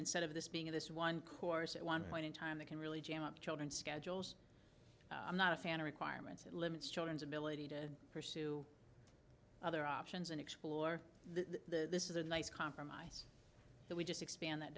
instead of this being this one course at one point in time that can really jam up children's schedules i'm not a fan of requirements it limits children's ability to pursue other options and explore the this is a nice compromise but we just expand th